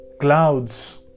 Clouds